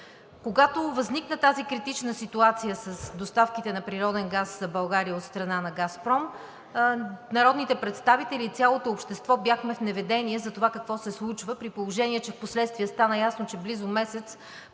Когато възникна тази критична ситуация с доставките на природен газ за България от страна на „Газпром“, народните представители и цялото общество бяхме в неведение за това какво се случва, при положение че впоследствие стана ясно, че близо месец